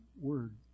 Word